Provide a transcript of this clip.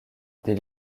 des